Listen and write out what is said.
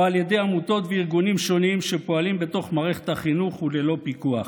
או על ידי עמותות וארגונים שונים שפועלים בתוך מערכת החינוך ללא פיקוח.